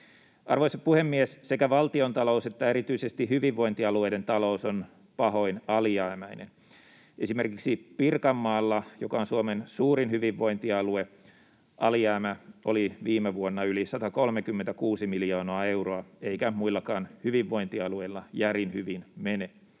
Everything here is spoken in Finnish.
Arvoisa puhemies! Sekä valtiontalous että erityisesti hyvinvointialueiden talous ovat pahoin alijäämäisiä. Esimerkiksi Pirkanmaalla, joka on Suomen suurin hyvinvointialue, alijäämä oli viime vuonna yli 136 miljoonaa euroa, eikä muillakaan hyvinvointialueilla järin hyvin mene.